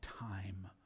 time